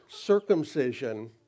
circumcision